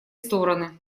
стороны